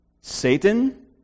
Satan